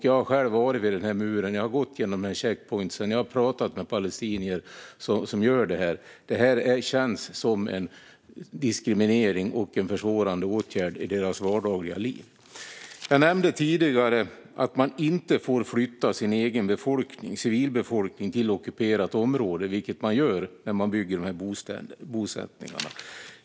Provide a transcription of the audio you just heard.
Jag har själv varit vid muren, har gått igenom en checkpoint och pratat med palestinier. Det känns som diskriminering och försvårande åtgärder i deras vardagsliv. Jag nämnde tidigare att man inte får flytta sin egen civilbefolkning till ockuperat område, vilket man gör när man bygger bosättningarna.